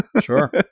Sure